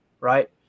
right